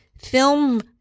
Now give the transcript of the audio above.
film